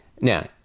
Now